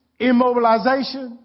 immobilization